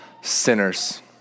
sinners